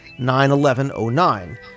9-11-09